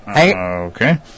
Okay